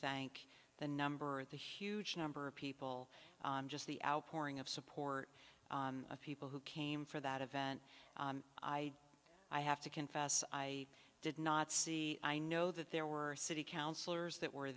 thank the number the huge number of people just the outpouring of support of people who came for that event i i have to confess i did not see i know that there were city councillors that were